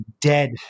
Dead